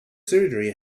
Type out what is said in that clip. surgery